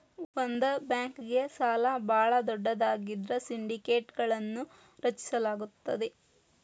ಒಂದ ಬ್ಯಾಂಕ್ಗೆ ಸಾಲ ಭಾಳ ದೊಡ್ಡದಾಗಿದ್ರ ಸಿಂಡಿಕೇಟ್ಗಳನ್ನು ರಚಿಸಲಾಗುತ್ತದೆ